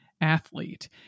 athlete